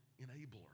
enabler